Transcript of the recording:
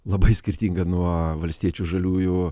labai skirtinga nuo valstiečių žaliųjų